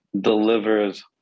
delivers